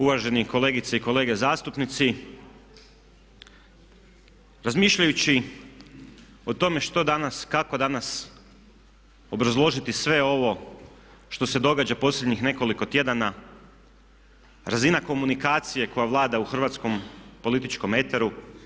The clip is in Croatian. Uvaženi kolegice i kolege zastupnici, razmišljajući o tome što danas, kako danas obrazložiti sve ovo što se događa posljednjih nekoliko tjedana, razina komunikacije koja vlada u hrvatskom političkom eteru.